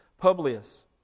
Publius